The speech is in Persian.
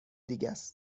دیگهس